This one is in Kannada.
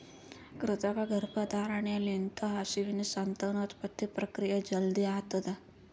ಕೃತಕ ಗರ್ಭಧಾರಣೆ ಲಿಂತ ಹಸುವಿನ ಸಂತಾನೋತ್ಪತ್ತಿ ಪ್ರಕ್ರಿಯೆ ಜಲ್ದಿ ಆತುದ್